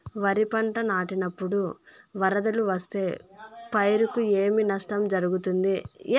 వరిపంట నాటినపుడు వరదలు వస్తే పైరుకు ఏమి నష్టం జరుగుతుంది?